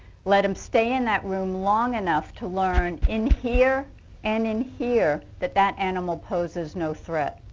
let him stay in that room long enough to learn in here and in here that that animal poses no threat.